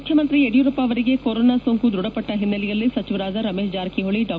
ಮುಖ್ಯಮಂತ್ರಿ ಯಡಿಯೂರಪ್ಪ ಅವರಿಗೆ ಕೊರೊನಾ ಸೋಂಕು ದೃಢಪಟ್ಷ ಹಿನ್ನಲೆಯಲ್ಲಿ ಸಚಿವರಾದ ರಮೇಶ್ ಜಾರಕಿಹೊಳಿ ಡಾ